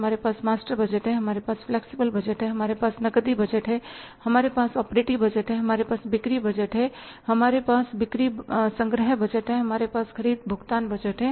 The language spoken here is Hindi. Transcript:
हमारे पास मास्टर बजट है हमारे पास फ्लैक्सिबल बजट है हमारे पास नकदी बजट है हमारे पास ऑपरेटिव बजट है हमारे पास बिक्री बजट है हमारे पास बिक्री संग्रह बजट है हमारे पास ख़रीद भुगतान बजट है